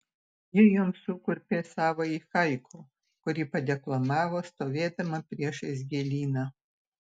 ji joms sukurpė savąjį haiku kurį padeklamavo stovėdama priešais gėlyną